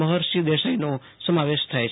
મહર્ષિ દેસાઈનો સમાવેશ થાય છે